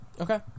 okay